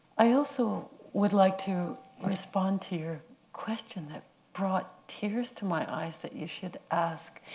i also would like to respond to your question, that brought tears to my eyes that you should ask,